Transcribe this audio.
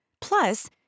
Plus